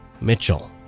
Mitchell